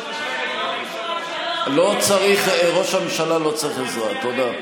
שלום תמורת שלום, ראש הממשלה לא צריך עזרה, תודה.